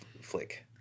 flick